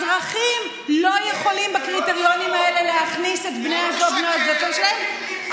אזרחים לא יכולים בקריטריונים האלה להכניס את בני או בנות הזוג שלהם,